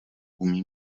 umí